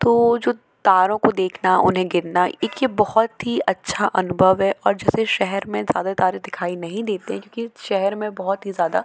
तो जो तारों को देखना उन्हें गिनना एक ये बहुत ही अच्छा अनुभव है और जैसे शहर में ज़्यादा तारे दिखाई नहीं देते हैं क्योंकि शहर में बहुत ही ज़्यादा